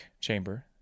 Chamber